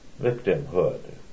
victimhood